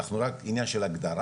זה רק עניין של הגדרה.